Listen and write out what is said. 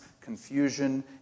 confusion